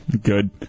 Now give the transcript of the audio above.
Good